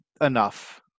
enough